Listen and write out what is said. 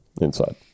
inside